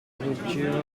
rupture